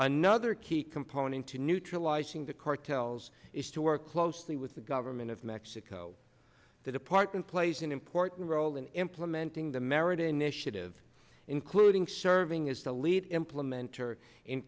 another key component to neutralizing the cartels is to work closely with the government of mexico the department plays an important role in implementing the merit initiative including serving as the lead implementor in